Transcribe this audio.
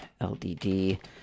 ldd